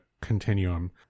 continuum